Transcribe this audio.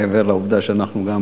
מעבר לעובדה שאנחנו גם